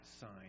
sign